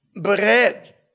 bread